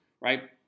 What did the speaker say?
right